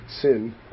sin